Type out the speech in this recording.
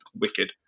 wicked